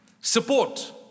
support